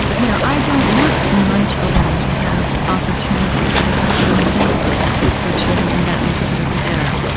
you know i don't want my children to have opportunities that are simply unthinkable for children in that neighborhood over there.